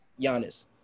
Giannis